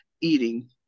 eating